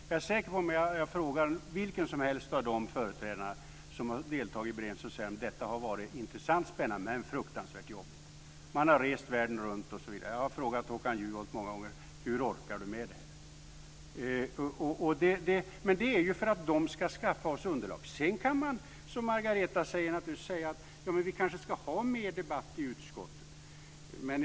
Jag är säker på att om jag frågar vem som helst av de företrädare som har deltagit i beredningen säger de: Detta har varit intressant och spännande, men fruktansvärt jobbigt. Man har rest världen runt, osv. Jag har frågat Håkan Juholt många gånger: Hur orkar du med det här? Men det är ju för att de ska skaffa oss underlag. Sedan kan man som Margareta Viklund naturligtvis säga att vi kanske ska ha mer debatt i utskottet.